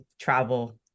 travel